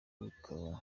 bikaba